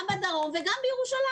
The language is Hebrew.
גם בדרום וגם בירושלים.